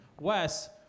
Wes